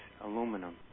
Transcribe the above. aluminum